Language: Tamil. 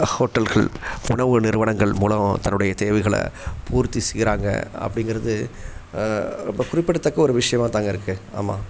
ஹோட்டல்கள் உணவு நிறுவனங்கள் மூலம் தன்னுடைய தேவைகளை பூர்த்தி செய்கிறாங்க அப்படிங்கிறது அப்போ குறிப்பிடத்தக்க ஒரு விஷயமாத்தாங்க இருக்குது ஆமாம்